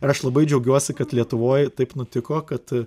ir aš labai džiaugiuosi kad lietuvoj taip nutiko kad